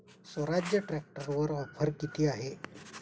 स्वराज्य ट्रॅक्टरवर ऑफर किती आहे?